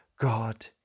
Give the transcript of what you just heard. God